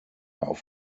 auf